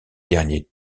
dernier